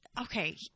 okay